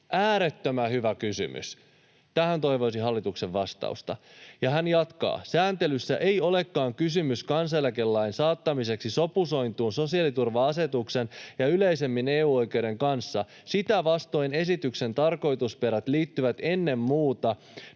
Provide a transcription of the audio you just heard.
Äärettömän hyvä kysymys. Tähän toivoisin hallituksen vastausta. Ja hän jatkaa: ”Sääntelyssä ei olekaan kysymys kansaneläkelain saattamisesta sopusointuun sosiaaliturva-asetuksen ja yleisemmin EU-oikeuden kanssa. Sitä vastoin esityksen tarkoitusperät liittyvät ennen muuta